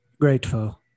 grateful